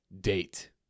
Date